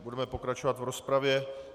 Budeme pokračovat v rozpravě.